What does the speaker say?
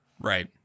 Right